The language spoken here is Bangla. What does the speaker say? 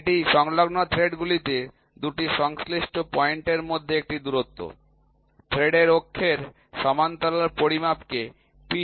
এটি সংলগ্ন থ্রেডগুলিতে ২টি সংশ্লিষ্ট পয়েন্টগুলির মধ্যে একটি দূরত্ব থ্রেডের অক্ষের সমান্তরাল পরিমাপকে পিচ বলা হয়